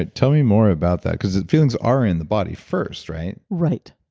ah tell me more about that. because feelings are in the body first right? right.